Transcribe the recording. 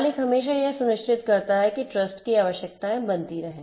मालिक हमेशा यह सुनिश्चित करता है कि ट्रस्ट की आवश्यकताएं बनती रहे